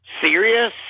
serious